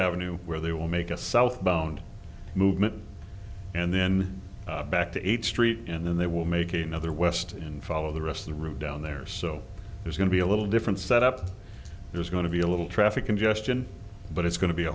avenue where they will make a southbound movement and then back to eighth street and then they will make a nother west and follow the rest the route down there so there's going to be a little different set up there's going to be a little traffic congestion but it's going to be a